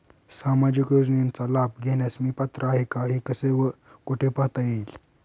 सामाजिक योजनेचा लाभ घेण्यास मी पात्र आहे का हे कसे व कुठे पाहता येईल?